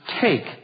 take